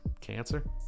Cancer